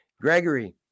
Gregory